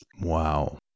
Wow